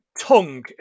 Tongue